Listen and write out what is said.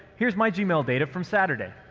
here's my gmail data from saturday.